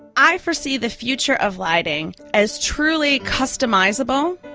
i foresee the future of lighting as truly customisable,